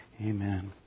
Amen